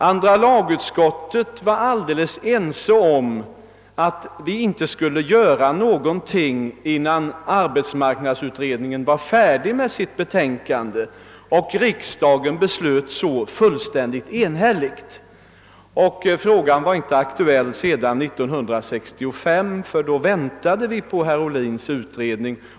Andra lagutskottet var helt enigt om att vi inte skulle göra någonting innan arbetsmarknadsutredningen hade lagt fram sitt betänkande, och riksdagen beslöt i enlighet härmed. Frågan var inte aktuell 1965, ty då väntade vi på utredningens resultat.